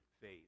faith